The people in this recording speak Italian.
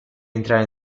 entrare